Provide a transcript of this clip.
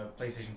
PlayStation